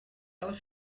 aus